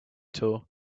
tour